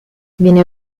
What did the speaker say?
viene